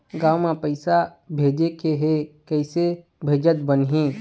गांव म पैसे भेजेके हे, किसे भेजत बनाहि?